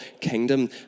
kingdom